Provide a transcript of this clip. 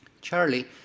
Charlie